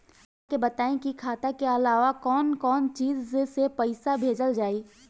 हमरा के बताई की खाता के अलावा और कौन चीज से पइसा भेजल जाई?